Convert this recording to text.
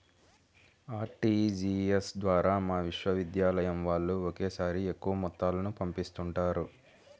RTGS ద్వారా మా విశ్వవిద్యాలయం వాళ్ళు ఒకేసారిగా ఎక్కువ మొత్తాలను పంపిస్తుంటారు